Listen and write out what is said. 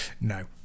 no